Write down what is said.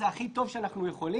זה הכי טוב שאנחנו יכולים.